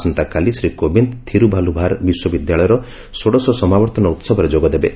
ଆସନ୍ତାକାଲି ଶ୍ରୀ କୋବିନ୍ଦ ଥିରୁଭାଲୁଭାର ବିଶ୍ୱବିଦ୍ୟାଳୟର ଷୋଡ଼ଶ ସମାବର୍ତ୍ତନ ଉତ୍ସବରେ ଯୋଗଦେବେ